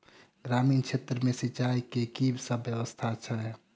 ग्रामीण क्षेत्र मे सिंचाई केँ की सब व्यवस्था छै?